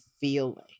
feeling